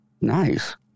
Nice